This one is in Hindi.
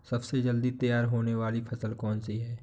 सबसे जल्दी तैयार होने वाली फसल कौन सी है?